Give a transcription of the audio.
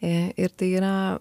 ir tai yra